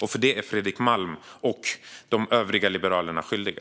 Till detta är Fredrik Malm och de övriga liberalerna skyldiga.